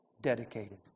Dedicated